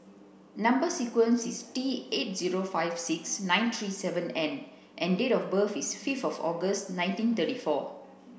number sequence is T eight zero five six nine three seven N and date of birth is fifth August nineteen thirty four